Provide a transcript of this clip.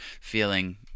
feeling